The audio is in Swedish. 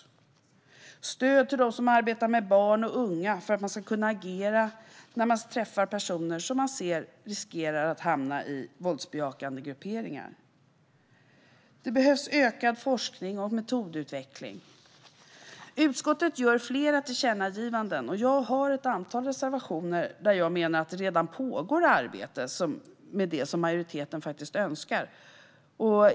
Det behövs stöd till dem som arbetar med barn och unga för att de ska kunna agera när de träffar personer som riskerar att hamna i våldsbejakande grupperingar. Det behövs ökad forskning och metodutveckling. Utskottet föreslår flera tillkännagivanden, och det finns ett antal reservationer där jag menar att det redan pågår arbete med det som majoriteten önskar.